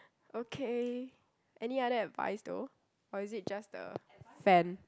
okay any other advice though or is it just the fan